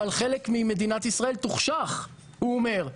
אבל חלק מדינת ישראל תוחשך הוא אומר,